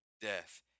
death